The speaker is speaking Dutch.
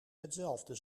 hetzelfde